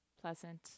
pleasant